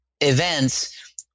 events